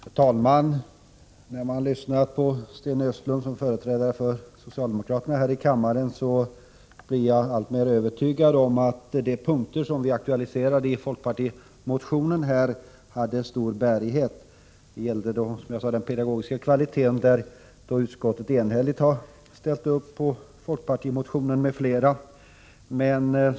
Herr talman! När jag lyssnar till Sten Östlund som företrädare för socialdemokraterna här i kammaren, blir jag alltmer övertygad om att de punkter som vi aktualiserade i folkpartimotionen hade stor bärighet. De gällde, som jag sade, den pedagogiska kvaliteten, där utskottet enhälligt har ställt sig bakom folkpartimotionen.